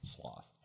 sloth